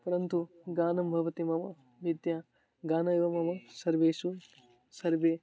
परन्तु गानं भवति मम विद्या गानम् एव मम सर्वेषु सर्वे